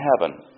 heaven